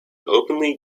openly